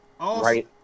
Right